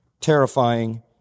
terrifying